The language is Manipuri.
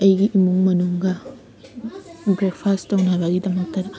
ꯑꯩꯒꯤ ꯏꯃꯨꯡ ꯃꯅꯨꯡꯒ ꯕ꯭ꯔꯦꯛ ꯐꯥꯁ ꯇꯧꯅꯕꯒꯤꯗꯃꯛꯇ